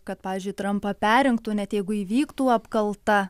kad pavyzdžiui trampą perrinktų net jeigu įvyktų apkalta